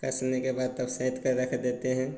कसने के बाद तब साइत के रख देते हैं